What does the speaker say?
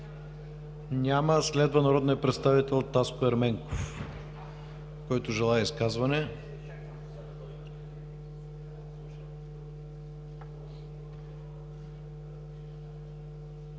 Няма. Следва народният представител Таско Ерменков, който желае изказване.